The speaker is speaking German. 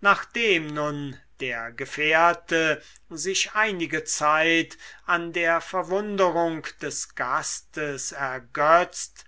nachdem nun der gefährte sich einige zeit an der verwunderung des gastes ergötzt